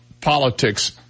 politics